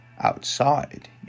outside